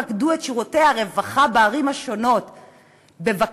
פקדו את שירותי הרווחה בערים השונות בבקשה,